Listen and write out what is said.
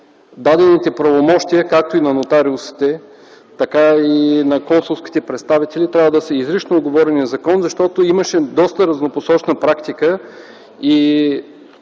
дадените правомощия, както и на нотариусите, така и на консулските представители, трябва да са изрично уговорени в закон, защото имаше доста разнопосочна практика и